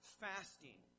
fasting